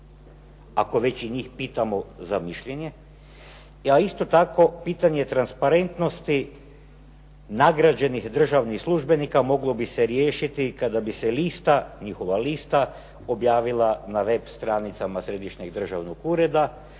ako već njih pitamo za mišljenje. Ja isto tako pitanje transparentnosti nagrađenih državnih službenika moglo bi se riješiti kada bi se lista, njihova lista objavila na web stranicama središnjeg državnog ureda